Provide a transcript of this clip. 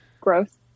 gross